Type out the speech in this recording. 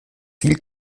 viel